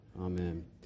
Amen